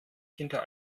hinter